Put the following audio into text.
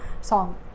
song